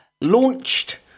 launched